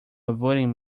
avoiding